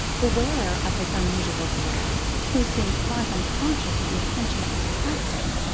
the wearer of this unusual dress, who seemed quite unconscious of the attention it was attracting,